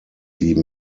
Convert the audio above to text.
sie